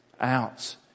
out